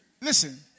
listen